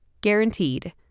guaranteed